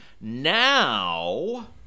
Now